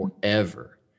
forever